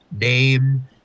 name